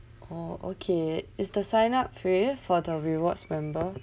oh okay is the sign-up free for the rewards member